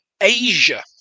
Asia